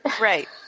Right